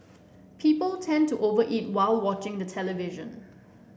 people tend to over eat while watching the television